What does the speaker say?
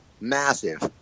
massive